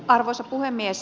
arvoisa puhemies